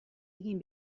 egin